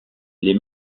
les